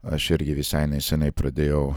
aš irgi visai nesenai pradėjau